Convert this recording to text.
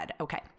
Okay